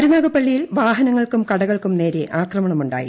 കരുനാഗപ്പള്ളിയിൽ വാഹനങ്ങൾക്കും കടകൾക്കും നേരെ ആക്രമണമുണ്ടായി